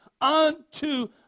unto